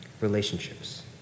relationships